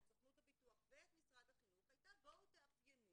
את סוכנות הביטוח ואת משרד החינוך הייתה: בואו תאפיינו